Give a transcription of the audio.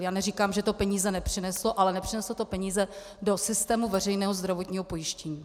Já neříkám, že to peníze nepřineslo, ale nepřineslo to peníze do systému veřejného zdravotního pojištění.